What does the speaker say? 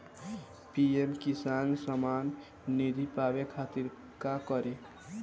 PM Kisan Samman Nidhi पावे खातिर का करी?